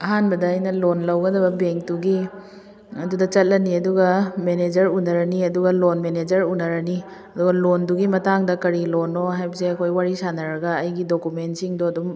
ꯑꯍꯥꯟꯕꯗ ꯑꯩꯅ ꯂꯣꯟ ꯂꯧꯒꯗꯕ ꯕꯦꯡꯇꯨꯒꯤ ꯑꯗꯨꯗ ꯆꯠꯂꯅꯤ ꯑꯗꯨꯒ ꯃꯦꯅꯦꯖꯔ ꯎꯅꯔꯅꯤ ꯑꯗꯨꯒ ꯂꯣꯟ ꯃꯦꯃꯦꯖꯔ ꯎꯅꯔꯅꯤ ꯑꯗꯨꯒ ꯂꯣꯟꯗꯨꯒꯤ ꯃꯇꯥꯡꯗ ꯀꯔꯤ ꯂꯣꯟꯅꯣ ꯍꯥꯏꯕꯁꯦ ꯑꯩꯈꯣꯏ ꯋꯥꯔꯤ ꯁꯥꯟꯅꯔꯒ ꯑꯩꯒꯤ ꯗꯣꯀꯨꯃꯦꯟꯁꯤꯡꯗꯣ ꯑꯗꯨꯝ